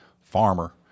farmer